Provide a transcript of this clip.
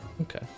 Okay